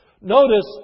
Notice